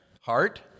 Heart